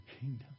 kingdom